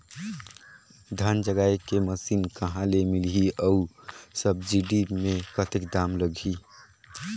धान जगाय के मशीन कहा ले मिलही अउ सब्सिडी मे कतेक दाम लगही?